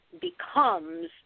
becomes